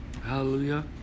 Hallelujah